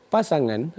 Pasangan